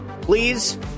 please